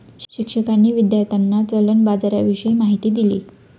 शिक्षकांनी विद्यार्थ्यांना चलन बाजाराविषयी माहिती दिली